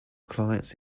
clients